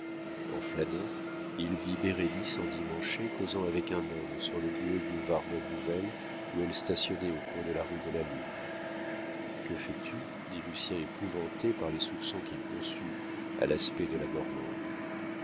en flânant il vit bérénice endimanchée causant avec un homme sur le boueux boulevard bonne-nouvelle où elle stationnait au coin de la rue de la lune que fais-tu dit lucien épouvanté par les soupçons qu'il conçut à l'aspect de la normande